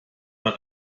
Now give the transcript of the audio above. man